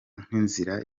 nk’inzira